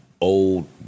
old